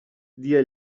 dia